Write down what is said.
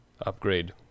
upgrade